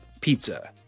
pizza